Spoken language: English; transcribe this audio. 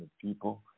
people